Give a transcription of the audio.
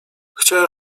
chciałem